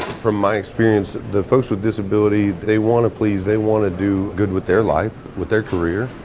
from my experience, the folks with disability, they want to please, they want to do good with their life, with their career,